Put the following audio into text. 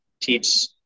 teach